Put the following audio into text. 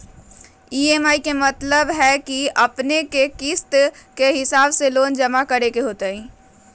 EMI के मतलब है कि अपने के किस्त के हिसाब से लोन जमा करे के होतेई?